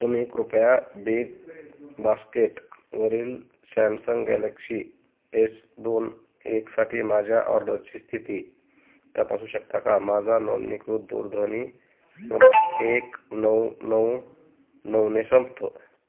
तुम्ही कृपया बिग बास्केटवरील सॅमसंग गॅलेक्शी एस दोन एकसाठी माझ्या ऑर्डरची स्थिती तपासू शकता का माझा नोंदणीकृत दूरध्वनी एक नऊ नऊ नऊने संपतो